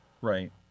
Right